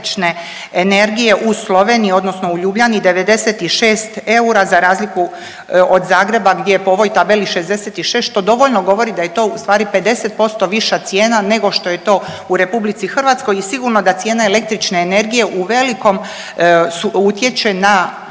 električne energije u Sloveniji, odnosno u Ljubljani 96 eura za razliku od Zagreba, gdje je po ovoj tabeli 66 što dovoljno govori da je to u stvari 50% viša cijena nego što je to u Republici Hrvatskoj i sigurno da cijena električne energije u velikom utječe na